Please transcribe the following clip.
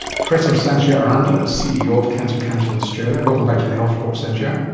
professor sanchia aranda is ceo of cancer council australia. welcome back to the health report, sanchia.